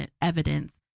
evidence